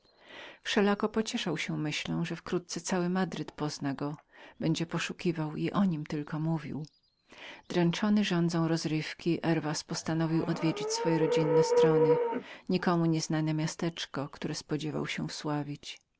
wszelako pocieszał się tą myślą że wkrótce cały madryt pozna go będzie poszukiwał i o nim tylko mówił dręczony żądzą rozrywki herwas postanowił odwiedzić swoje rodzinne miejsce nikczemne miasteczko które spodziewał się wsławić